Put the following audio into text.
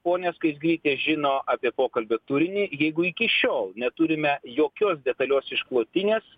ponia skaisgirytė žino apie pokalbio turinį jeigu iki šiol neturime jokios detalios išklotinės